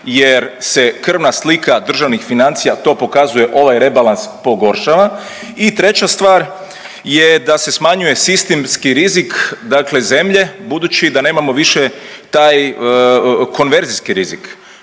jer se krvna slika državnih financija to pokazuje ovaj rebalans pogoršava. I treća stvar je da se smanjuje sistemski rizik dakle zemlje budući da nemamo više taj konverzijski rizik